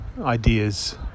ideas